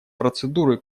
процедуры